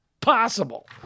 possible